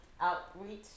outreach